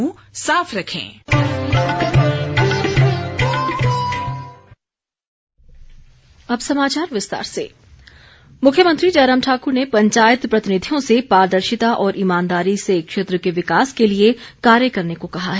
मुख्यमंत्री मुख्यमंत्री जयराम ठाक्र ने पंचायत प्रतिनिधियों से पारदर्शिता और ईमानदारी से क्षेत्र के विकास के लिए कार्य करने को कहा है